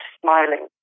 smiling